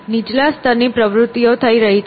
નીચલા સ્તર ની પ્રવૃત્તિઓ થઈ રહી છે